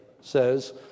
says